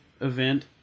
event